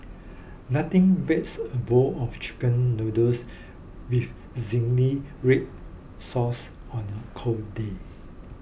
nothing beats a bowl of Chicken Noodles with Zingy Red Sauce on a cold day